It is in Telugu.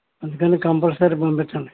అందుకని కంపల్సరి పంపించండి